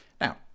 Now